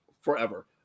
forever